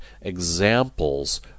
examples